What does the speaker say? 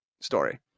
story